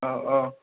औ औ